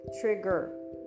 trigger